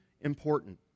important